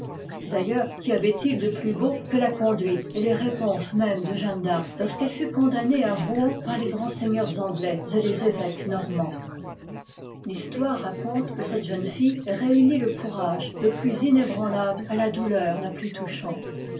d'ailleurs qu'y avait-il de plus beau que la conduite et les réponses mêmes de jeanne d'arc lorsqu'elle fut condamnée à rouen par les grands seigneurs anglais et les évoques normands l'histoire raconte que cette jeune fille réunit le courage le plus inébranlable à la douleur la plus touchante